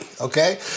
okay